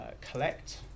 collect